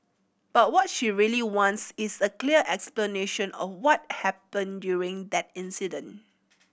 but what she really wants is a clear explanation of what happened during that incident